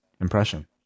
impression